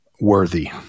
worthy